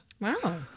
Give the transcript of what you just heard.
Wow